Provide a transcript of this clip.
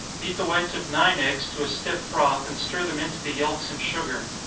beat the whites of nine eggs to a stiff froth, and stir them into the yelks and sugar.